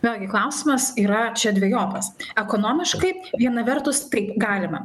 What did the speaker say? vėlgi klausimas yra čia dvejopas ekonomiškai viena vertus taip galima